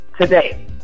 today